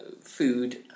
food